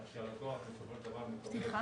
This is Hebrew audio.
כך שהלקוח בסופו של דבר מקבל